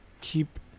keep